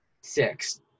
six